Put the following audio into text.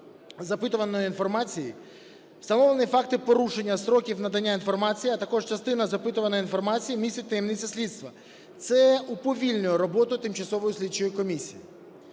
запитуваної інформації встановлені факти порушення строків надання інформації, а також частина запитуваної інформації містить таємницю слідства. Це уповільнює роботу тимчасової слідчої комісії.